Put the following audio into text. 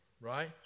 right